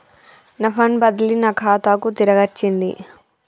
నా ఫండ్ బదిలీ నా ఖాతాకు తిరిగచ్చింది